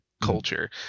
culture